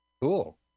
Cool